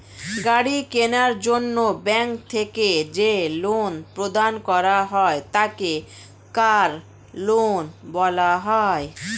গাড়ি কেনার জন্য ব্যাঙ্ক থেকে যে লোন প্রদান করা হয় তাকে কার লোন বলা হয়